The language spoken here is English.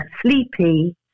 sleepy